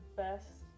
best